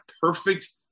perfect